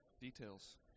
details